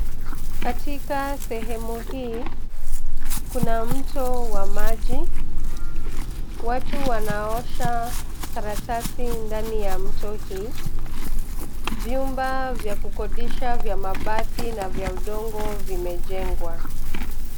Katika sehemu hii, kuna mtu wa maji, watu wanaosha karatasi ndani ya mto hii. Vyumba vya kukodisha vya mabati na vya udongo vimejengwa.